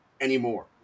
anymore